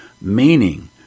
meaning